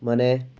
ಮನೆ